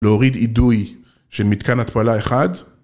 ‫להוריד אידוי של מתקן התפלה אחד...